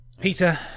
Peter